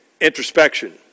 introspection